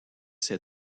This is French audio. ses